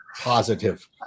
positive